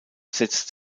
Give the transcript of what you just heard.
setzt